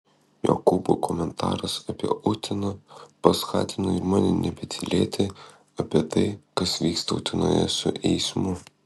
jokūbo komentaras apie uteną paskatino ir mane nebetylėti apie tai kas vyksta utenoje su eismu